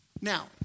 Now